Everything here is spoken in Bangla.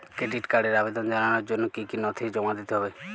ক্রেডিট কার্ডের আবেদন জানানোর জন্য কী কী নথি জমা দিতে হবে?